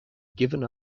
given